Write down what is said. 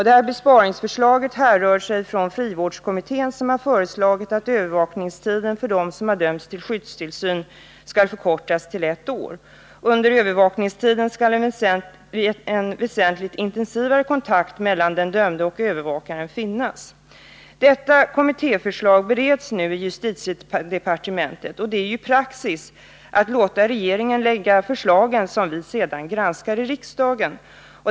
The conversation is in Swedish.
Detta besparingsförslag härrör från frivårdskommittén, som har föreslagit att övervakningstiden för dem som har dömts till skyddstillsyn skall förkortas till ett år. Under övervakningstiden skall en väsentligt intensivare kontakt mellan den dömde och övervakaren finnas. Detta kommittéförslag bereds nu i justitiedepartementet. Det är ju praxis att man låter regeringen lägga fram förslagen och att vi sedan granskar dem i riksdagen.